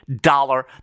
dollar